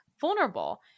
vulnerable